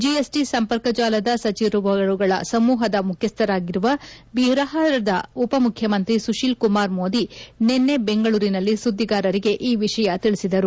GST ಸಂಪರ್ಕ ಜಾಲದ ಸಚಿವರುಗಳ ಸಮೂಹದ ಮುಖ್ಯಸ್ಥರಾಗಿರುವ ಬಿಹಾರದ ಉಪಮುಖ್ಚಮಂತ್ರಿ ಸುತೀಲ್ ಕುಮಾರ್ ಮೋದಿ ನಿನ್ನೆ ಬೆಂಗಳೂರಿನಲ್ಲಿ ಸುದ್ದಿಗಾರರಿಗೆ ಈ ವಿಷಯ ತಿಳಿಸಿದರು